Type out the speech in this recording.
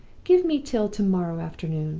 give me till to-morrow afternoon.